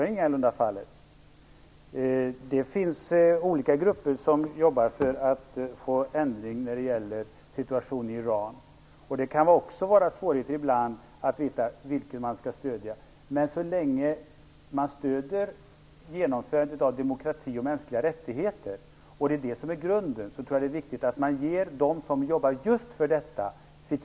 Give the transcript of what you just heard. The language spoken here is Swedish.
Så är ingalunda fallet. Det finns olika grupper som jobbar för att få en ändring till stånd i fråga om situationen i Iran. Ibland kan det vara svårt att veta vilken man skall stödja. Men så länge de stöder genomförandet av demokrati och mänskliga rättigheter - det är ju det som är grunden - tror jag att det är viktigt att ge dem sitt stöd som jobbar just för detta.